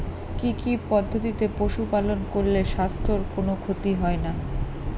কি কি পদ্ধতিতে পশু পালন করলে স্বাস্থ্যের কোন ক্ষতি হয় না?